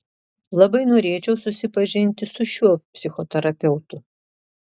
labai norėčiau susipažinti su šiuo psichoterapeutu